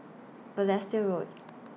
Balestier Road